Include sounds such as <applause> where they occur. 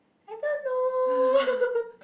I thought no <laughs>